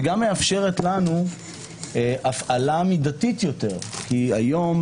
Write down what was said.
ומאפשרת לנו הפעלה מידתית יותר כי היום